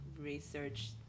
research